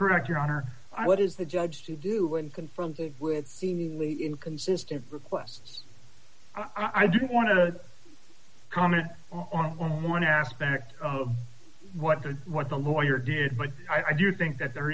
protect your honor i what is the judge to do when confronted with seemingly inconsistent requests i didn't want to comment on one aspect of what the what the lawyer did but i do think that there